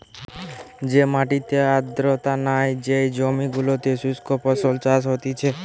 যে মাটিতে আর্দ্রতা নাই, যেই জমি গুলোতে শুস্ক ফসল চাষ হতিছে